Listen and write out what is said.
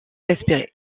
respirer